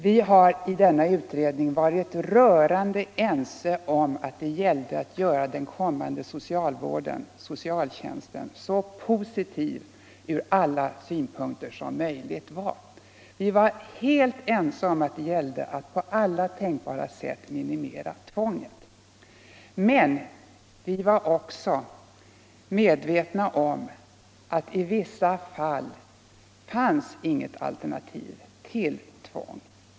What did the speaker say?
Vi har i denna utredning varit rörande ense om att det gällde att göra den kommande socialvården, socialtjänsten, så positiv som möjligt från allas synpunkt. Vi var helt ense om att det gällde a på alla tänkbara sätt minimera tvånget. Men vi var också medvetna om att det i vissa fall inte fanns något alternativ till tvång.